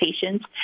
patients